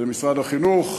אלא במשרד החינוך.